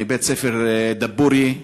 מבית-הספר דבורייה,